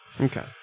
Okay